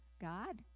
God